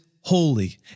holy